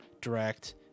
Direct